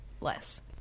less